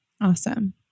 Awesome